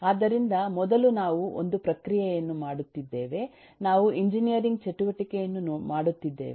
ಆದ್ದರಿಂದ ಮೊದಲು ನಾವು ಒಂದು ಪ್ರಕ್ರಿಯೆಯನ್ನು ಮಾಡುತ್ತಿದ್ದೇವೆ ನಾವು ಎಂಜಿನಿಯರಿಂಗ್ ಚಟುವಟಿಕೆಯನ್ನು ಮಾಡುತ್ತಿದ್ದೇವೆ